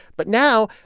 but now,